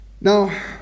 Now